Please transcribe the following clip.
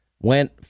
went